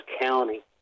County